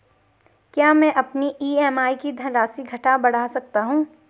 क्या मैं अपनी ई.एम.आई की धनराशि घटा बढ़ा सकता हूँ?